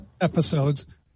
episodes